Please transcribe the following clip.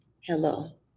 hello